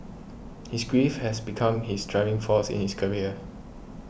his grief has become his driving force in his career